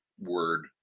word